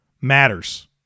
matters